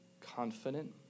confident